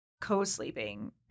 co-sleeping